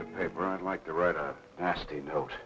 the paper i'd like to write a nasty note